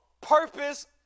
purpose